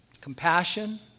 compassion